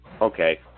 Okay